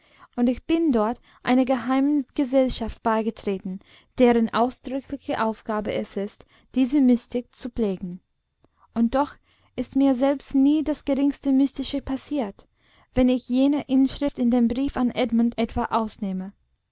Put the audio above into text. und ich bin dort einer geheimen gesellschaft beigetreten deren ausdrückliche aufgabe es ist diese mystik zu pflegen und doch ist mir selbst nie das geringste mystische passiert wenn ich jene inschrift in dem brief an edmund etwa ausnehme